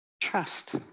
trust